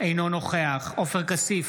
אינו נוכח עופר כסיף,